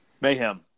mayhem